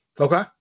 Okay